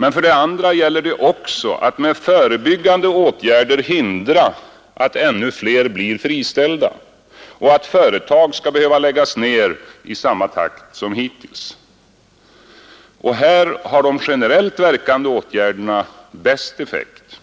Men för det andra gäller det också att med förebyggande åtgärder hindra att ännu flera blir friställda och att företag skall behöva läggas ner i samma takt som hittills. Här har de generellt verkande åtgärderna bästa effekt.